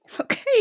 Okay